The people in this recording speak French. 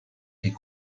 est